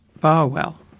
Barwell